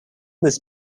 was